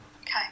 Okay